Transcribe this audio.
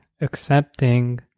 accepting